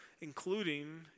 including